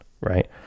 right